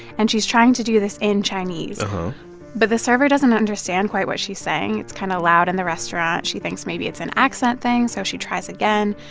and she's trying to do this in chinese uh-huh but the server doesn't understand quite what she's saying. it's kind of loud in the restaurant. she thinks maybe it's an accent thing, so she tries again.